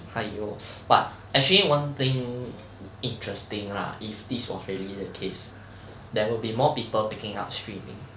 !aiyo! but actually one thing interesting lah if this was really the case there will be more people picking up streaming